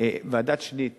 ועדת-שניט